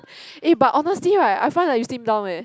eh but honestly right I find that you slim down eh